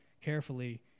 carefully